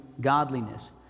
godliness